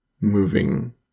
moving